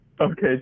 Okay